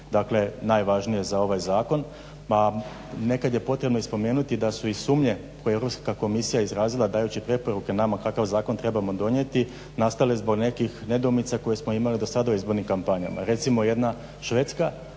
je najvažnije za ovaj zakon. ma nekad je potrebno i spomenuti da su i sumnje koje je ruska komisija izrazila dajući preporuke nama kakav zakon trebamo donijeti nastale zbog nekih nedoumica koje smo imali do sada u izbornim kampanjama. Recimo jedna Švedska